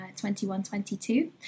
21-22